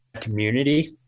community